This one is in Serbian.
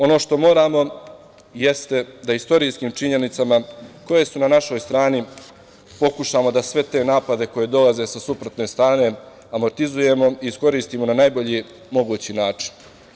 Ono što moramo, jeste da istorijskim činjenicama, koje su na našoj strani, pokušamo da sve te napade koji dolaze sa suprotne strane amortizujemo i iskoristimo na najbolji mogući način.